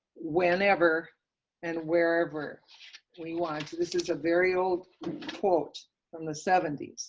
whenever and wherever we want, this is a very old quote from the seventy s.